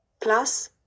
Plus